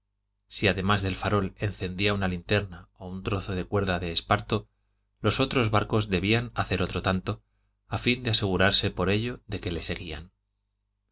si además del farol encendía una linterna o un trozo de cuerda de esparto los otros barcos debían hacer otro tanto a fin de asegurarse por ello de que le seguían